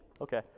Okay